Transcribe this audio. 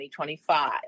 2025